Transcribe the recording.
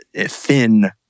thin